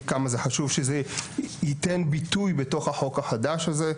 כמה זה חשוב שזה ייתן ביטוי בתוך החוק החדש הזה.